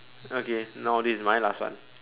okay now this is my last one